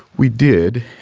we did.